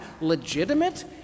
legitimate